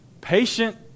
Patient